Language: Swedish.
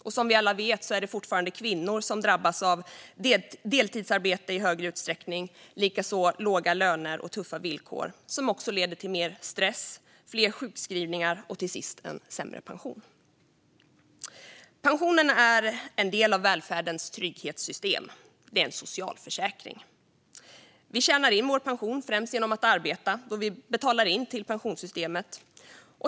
Och som vi alla vet är det fortfarande främst kvinnor som drabbas av deltidsarbete, låga löner och tuffa villkor som också leder till mer stress, fler sjukskrivningar och till sist en sämre pension. Pensionen är en del av välfärdens trygghetssystem. Den är en socialförsäkring. Vi tjänar in vår pension främst genom att arbeta, då vi betalar in till pensionssystemet.